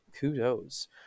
kudos